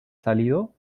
salido